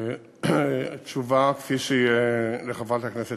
התשובה לחברת הכנסת,